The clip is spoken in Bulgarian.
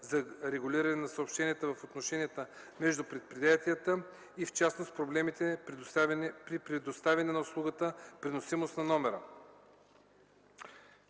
за регулиране на съобщенията в отношенията между предприятията, и в частност проблемите при предоставяне на услугата преносимост на номера.